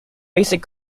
basic